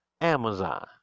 Amazon